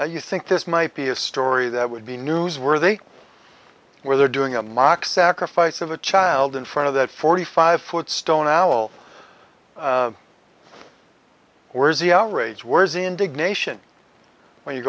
now you think this might be a story that would be newsworthy where they're doing a mock sacrifice of a child in front of that forty five foot stone owl where's the outrage words indignation when you